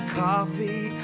coffee